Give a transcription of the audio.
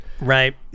Right